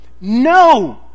No